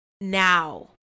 now